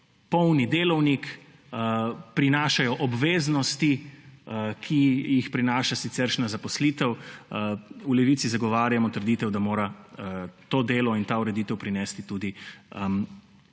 polni delovnik, prinašajo obveznosti, ki jih prinaša siceršnja zaposlitev, v Levici zagovarjamo trditev, da mora to delo in ta ureditev prinesti tudi